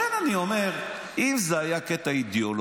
לכן אני אומר, אם זה היה קטע אידיאולוגי,